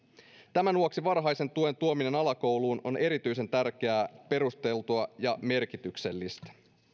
tämän vuoksi varhaisen tuen tuominen alakouluun on erityisen tärkeää perusteltua ja merkityksellistä